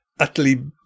Utterly